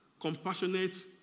compassionate